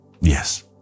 Yes